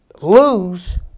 lose